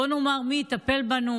בוא נאמר: מי יטפל בנו,